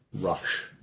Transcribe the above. rush